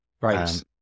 Right